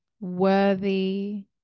worthy